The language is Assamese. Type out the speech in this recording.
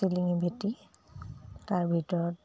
চিলিঙি ভেটি তাৰ ভিতৰত